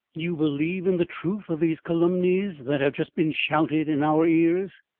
you believe in the truth of these calumnies that have just been shouted in our ears.